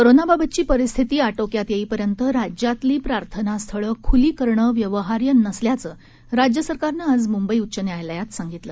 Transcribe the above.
कोरोनाबाबतची परिस्थिती आटोक्यात येईपर्यंत राज्यातली प्रार्थनास्थळं ख्ली करणं व्यवहार्य नसल्याचं राज्यसरकारनं आज मुंबई उच्च न्यायालयात सांगितलं